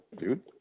dude